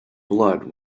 blood